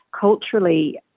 culturally